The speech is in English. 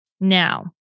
Now